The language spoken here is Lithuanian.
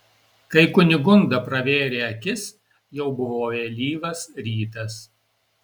kai kunigunda pravėrė akis jau buvo vėlyvas rytas